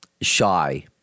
shy